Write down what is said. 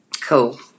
cool